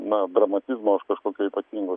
na dramatizmo aš kažkokio ypatingo